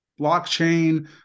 blockchain